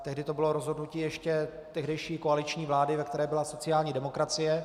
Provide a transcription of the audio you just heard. Tehdy to bylo rozhodnutí ještě tehdejší koaliční vlády, ve které byla sociální demokracie.